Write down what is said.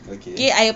okay